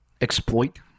exploit